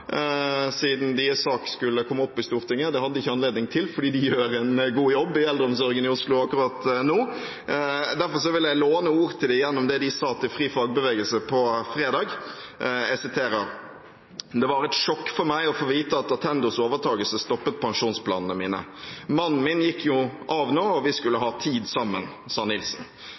siden deres sak skulle komme opp i Stortinget. Det hadde de ikke anledning til, for de gjør en god jobb i eldreomsorgen i Oslo akkurat nå. Derfor vil jeg låne ordene deres, med det de sa til FriFagbevegelse på fredag – jeg siterer: «Det var et sjokk for meg å få vite at Attendos overtakelse stoppet pensjonsplanene. Mannen min gikk jo av nå, vi skulle